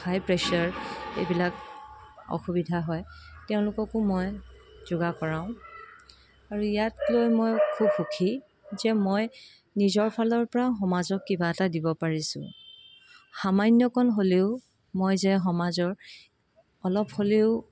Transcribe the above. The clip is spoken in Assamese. হাই প্ৰেছাৰ এইবিলাক অসুবিধা হয় তেওঁলোককো মই যোগা কৰাওঁ আৰু ইয়াক লৈ মই খুব সুখী যে মই নিজৰ ফালৰপৰা সমাজক কিবা এটা দিব পাৰিছো সামান্যকণ হ'লেও মই যে সমাজৰ অলপ হ'লেও